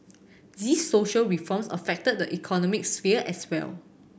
these social reforms affect the economic sphere as well